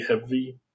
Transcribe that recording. heavy